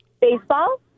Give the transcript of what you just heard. Baseball